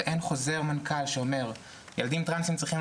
ואין חוזר מנכ"ל שאומר שילדים טרנסים צריכים